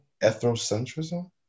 Ethnocentrism